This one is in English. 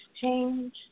Change